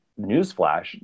Newsflash